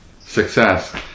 Success